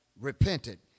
repented